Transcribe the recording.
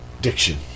Diction